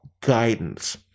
guidance